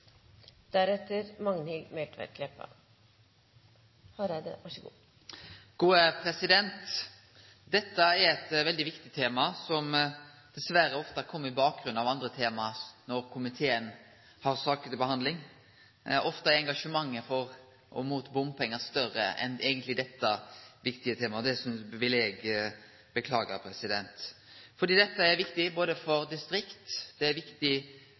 dessverre ofte kjem i bakgrunnen av andre tema når komiteen har saker til behandling. Ofte er engasjementet for og imot bompengar eigentleg større enn for dette viktige temaet. Det vil eg beklage. Dette er viktig for distrikt, det er viktig